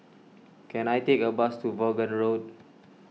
can I take a bus to Vaughan Road